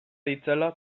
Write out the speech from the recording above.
ditzala